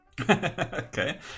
Okay